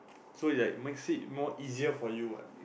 so it's like makes it more easier for you what